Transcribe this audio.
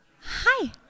hi